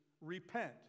repent